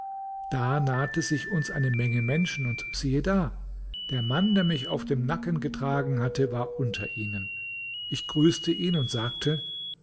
da nahte sich uns eine menge menschen und siehe da der mann der mich auf dem nacken getragen hatte war unter ihnen ich grüßte ihn und sagte